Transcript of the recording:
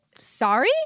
Sorry